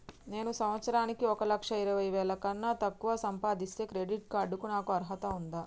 నేను సంవత్సరానికి ఒక లక్ష ఇరవై వేల కన్నా తక్కువ సంపాదిస్తే క్రెడిట్ కార్డ్ కు నాకు అర్హత ఉందా?